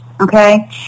okay